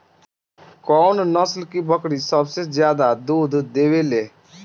कौन नस्ल की बकरी सबसे ज्यादा दूध देवेले?